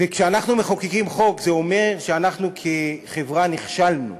וכשאנחנו מחוקקים חוק זה אומר שאנחנו כחברה נכשלנו,